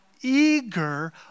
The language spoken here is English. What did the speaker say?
eager